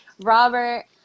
Robert